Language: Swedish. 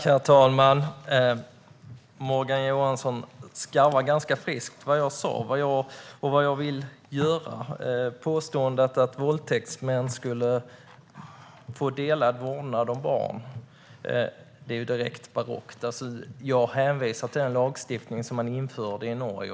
Herr talman! Morgan Johansson skarvar ganska friskt när det gäller vad jag sa och vad jag vill göra. Påståendet att våldtäktsmän skulle få delad vårdnad om barn är direkt barockt. Jag hänvisade till den lagstiftning som man införde i Norge.